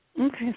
okay